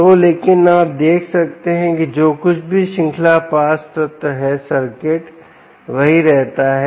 तो लेकिन आप देख सकते हैं कि जो कुछ भी श्रृंखला पास तत्व है सर्किट वही रहता है